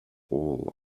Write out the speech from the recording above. all